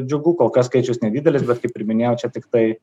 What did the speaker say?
džiugu kol kas skaičius nedidelis bet kaip ir minėjau čia tiktai